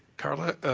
carla,